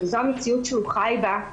וזו המציאות שהוא חי בה,